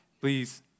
Please